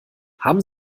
haben